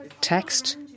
text